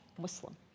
Muslim